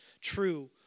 true